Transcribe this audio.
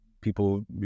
people